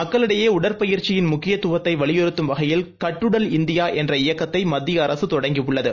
மக்களிடையேஉடற்பயிற்சியின் முக்கியத்துவத்தைவலியுறுத்தும் வகையில் கட்டுடல் இந்தியாஎன்ற இயக்கத்தைமத்திய அரசு தொடங்கியுள்ளது